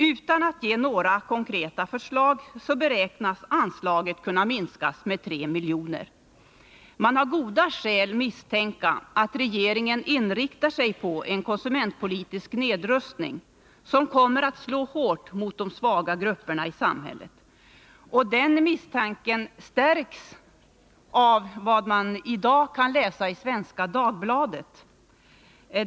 Utan att regeringen anger några konkreta förslag, beräknar den att anslaget skall kunna minskas med 3 miljoner. Man har goda skäl misstänka att regeringen inriktar sig på en konsumentpolitisk nedrustning, som kommer att slå hårt mot de svaga grupperna i samhället. Den misstanken stärks av vad vi i dag kan läsa i Svenska Dagbladet.